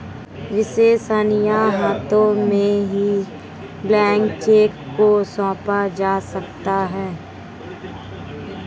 विश्वसनीय हाथों में ही ब्लैंक चेक को सौंपा जा सकता है